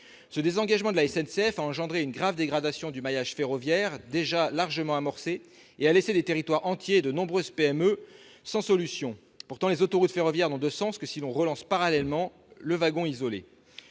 Ce désengagement de la SNCF a entraîné une grave dégradation du maillage ferroviaire, déjà largement amorcée, et a laissé des territoires entiers et de nombreuses PME sans solution. Pourtant, les autoroutes ferroviaires n'ont de sens que si l'on relance parallèlement le wagon isolé.